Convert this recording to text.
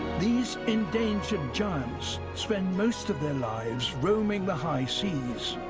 these endangered giants spend most of their lives roaming the high seas.